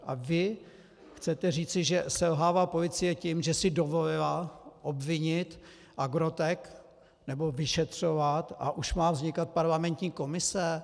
A vy chcete říci, že selhává policie tím, že si dovolila obvinit nebo vyšetřovat Agrotec, a už má vznikat parlamentní komise?